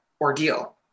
ordeal